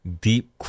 deep